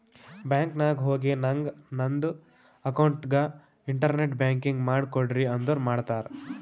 bank ನಾಗ್ ಹೋಗಿ ನಂಗ್ ನಂದ ಅಕೌಂಟ್ಗ ಇಂಟರ್ನೆಟ್ ಬ್ಯಾಂಕಿಂಗ್ ಮಾಡ್ ಕೊಡ್ರಿ ಅಂದುರ್ ಮಾಡ್ತಾರ್